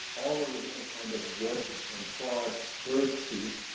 all of the different kind of webbed and clawed birds' feet,